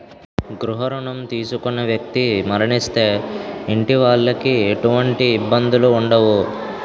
గృహ రుణం తీసుకున్న వ్యక్తి మరణిస్తే ఇంటి వాళ్లకి ఎటువంటి ఇబ్బందులు ఉండవు